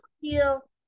feel